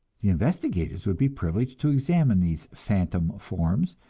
the investigators would be privileged to examine these phantom forms,